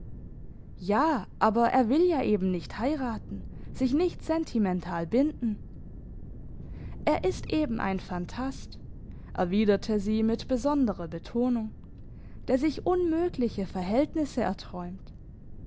ja aber er will ja eben nicht heiraten sich nicht sentimental binden er ist eben ein phantast erwiderte sie mit besonderer betonung der sich unmögliche verhältnisse erträumt